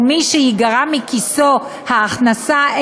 או מי שתיגרע מכיסם ההכנסה,